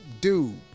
dude